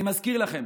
אני מזכיר לכם